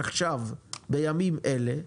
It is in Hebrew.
עכשיו בימים אלה,